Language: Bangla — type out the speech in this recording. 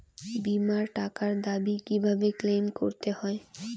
বিমার টাকার দাবি কিভাবে ক্লেইম করতে হয়?